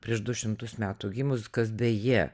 prieš du šimtus metų gimus kas beje